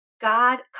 God